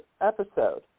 episode